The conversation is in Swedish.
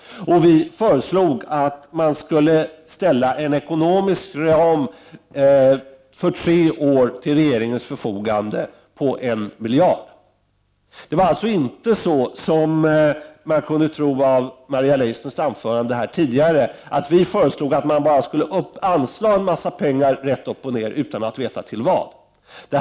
Och centern föreslog att Sverige skulle uppställa en ekonomisk ram på 1 miljard för tre år till regeringens förfogande. Det var alltså inte på det sättet som man skulle kunna tro av Maria Leissners anförande här tidigare, att vi i centern föreslog att Sverige enbart skulle anslå en massa pengar rätt upp och ner utan att veta vad de skulle användas till.